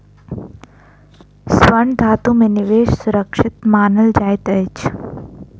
स्वर्ण धातु में निवेश सुरक्षित मानल जाइत अछि